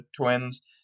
Twins